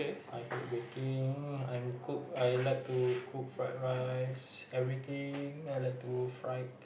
I hate baking I will cook I like to cook fried rice everything I like to fried